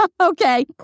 Okay